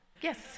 yes